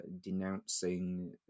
denouncing